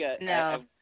No